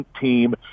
team